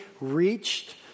reached